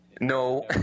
no